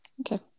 Okay